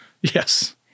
Yes